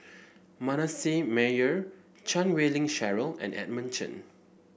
Manasseh Meyer Chan Wei Ling Cheryl and Edmund Chen